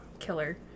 killer